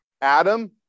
Adam